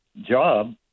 job